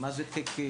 מהו תקן?